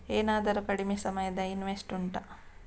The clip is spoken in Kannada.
ಏನಾದರೂ ಕಡಿಮೆ ಸಮಯದ ಇನ್ವೆಸ್ಟ್ ಉಂಟಾ